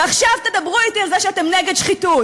ועכשיו תדברו אתי על זה שאתם נגד שחיתות.